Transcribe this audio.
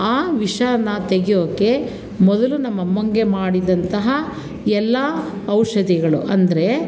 ಆ ವಿಷನ ತೆಗೆಯೋಕ್ಕೆ ಮೊದಲು ನಮ್ಮಮ್ಮನಿಗೆ ಮಾಡಿದಂತಹ ಎಲ್ಲ ಔಷಧಿಗಳು ಅಂದರೆ